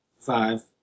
five